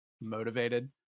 motivated